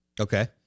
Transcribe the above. Okay